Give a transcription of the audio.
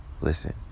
Listen